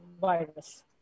virus